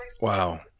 Wow